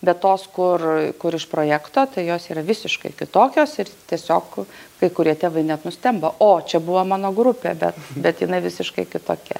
bet tos kur kur iš projekto tai jos yra visiškai kitokios ir tiesiog kai kurie tėvai net nustemba o čia buvo mano grupė bet bet jinai visiškai kitokia